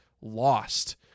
lost